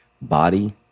body